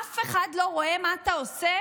אף אחד לא רואה מה אתה עושה?